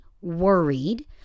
worried